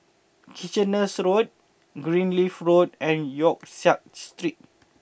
Kitchener Road Greenleaf Road and Yong Siak Street